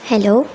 hello